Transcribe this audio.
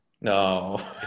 No